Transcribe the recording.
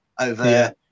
over